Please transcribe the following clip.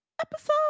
episode